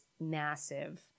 massive